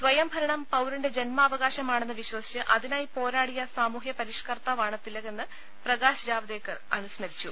സ്വയംഭരണം പൌരന്റെ ജന്മാവകാശമാണെന്ന് വിശ്വസിച്ച് അതിനായി പോരാടിയ സാമൂഹ്യ പരിഷ്കർത്താവാണ് തിലകെന്ന് പ്രകാശ് ജാവ്ദേക്കർ അനുസ്മരിച്ചു